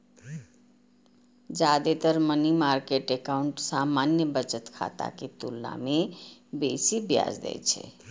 जादेतर money market account सामान्य बचत खाता के तुलना मे बेसी ब्याज दै छै